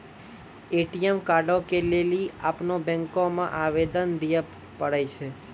ATM कार्डो के लेली अपनो बैंको मे आवेदन दिये पड़ै छै